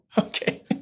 Okay